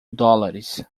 dólares